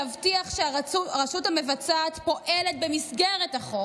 להבטיח שהרשות המבצעת פועלת במסגרת החוק,